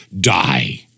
die